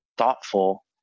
thoughtful